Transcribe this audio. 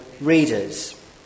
readers